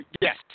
Yes